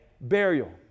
burial